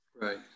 Right